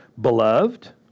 Beloved